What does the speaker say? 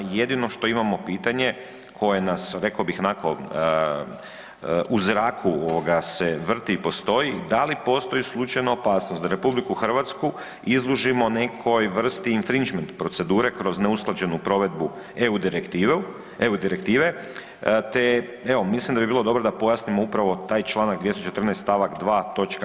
Jedino što imamo pitanje koje nas, reko bih onako u zraku ovoga se vrti i postoji, da li postoji slučajno opasnost da RH izložimo nekoj vrsti intrinčment procedure kroz neusklađenu provedbu EU direktive, te evo mislim da bi bilo dobro da pojasnimo upravo taj čl. 214. st. 2. toč.